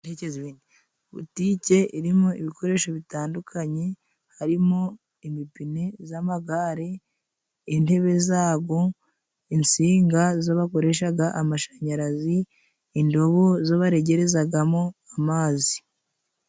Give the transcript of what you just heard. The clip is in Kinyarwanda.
Butike irimo ibikoresho bitandukanye harimo imipine z'amagare, intebe zago, insinga arizo bakoreshaga amashanyarazi, indobo za baregerezagamo amazi.